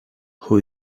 who